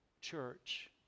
Church